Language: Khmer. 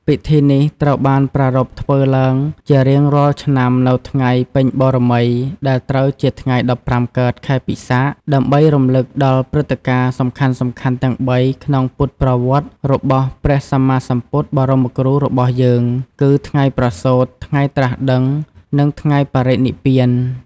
ពិធីនេះត្រូវបានប្រារព្ធឡើងជារៀងរាល់ឆ្នាំនៅថ្ងៃពេញបូណ៌មី ដែលត្រូវជាថ្ងៃ ១៥ កើត ខែពិសាខ ដើម្បីរំលឹកដល់ព្រឹត្តិការណ៍សំខាន់ៗទាំងបីក្នុងពុទ្ធប្រវត្តិរបស់ព្រះសម្មាសម្ពុទ្ធបរមគ្រូរបស់យើង គឺ៖ ថ្ងៃប្រសូត ថ្ងៃត្រាស់ដឹង និងថ្ងៃបរិនិព្វាន។